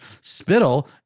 spittle